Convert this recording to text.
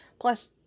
Plus